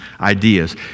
ideas